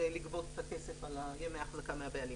זה לגבות את הכסף על ימי ההחזקה מהבעלים